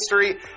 history